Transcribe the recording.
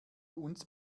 uns